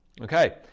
Okay